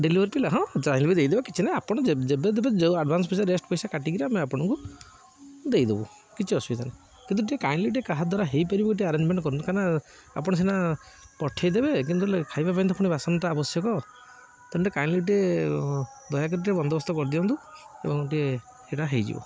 delivery ପିଲା ହଁ ଚାହିଁଲେ ବି ଦେଇଦେବେ କିଛି ନାଁ ଆପଣ ଯେବେ ଦେବେ ଯେଉଁ ଆଡ଼ଭାନ୍ସ ପଇସା ରେଷ୍ଟ ପଇସା କାଟିକିରି ଆମେ ଆପଣଙ୍କୁ ଦେଇଦବୁ କିଛି ଅସୁବିଧା ନାହିଁ କିନ୍ତୁ ଟିକେ କାଇଣ୍ଡଲି ଟିକେ କାହା ଦ୍ୱାରା ହେଇ ପାରିବ ଟିକେ ଆରେଞ୍ଜମେଣ୍ଟ କରନ୍ତୁ କାହିଁନା ଆପଣ ସିନା ପଠେଇଦେବେ କିନ୍ତୁ ହେଲେ ଖାଇବା ପାଇଁ ତ ପୁଣି ବାସନଟା ଆବଶ୍ୟକ ତେଣୁ ଟିକେ କାଇଣ୍ଡଲି ଟିକେ ଦୟାକରି ଟିକେ ବନ୍ଦୋବସ୍ତ କରିଦିଅନ୍ତୁ ଏବଂ ଟିକେ ସେଇଟା ହେଇଯିବ